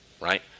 right